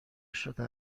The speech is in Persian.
شده